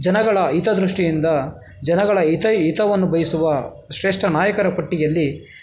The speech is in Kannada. ಜನಗಳ ಹಿತದೃಷ್ಟಿಯಿಂದ ಜನಗಳ ಹಿತ ಹಿತವನ್ನು ಬಯಸುವ ಶ್ರೇಷ್ಠ ನಾಯಕರ ಪಟ್ಟಿಯಲ್ಲಿ